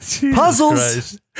Puzzles